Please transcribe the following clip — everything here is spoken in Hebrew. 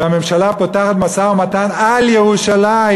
והממשלה פותחת משא-ומתן על ירושלים,